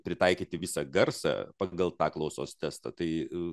pritaikyti visą garsą pagal tą klausos testą tai